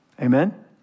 Amen